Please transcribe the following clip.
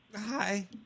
Hi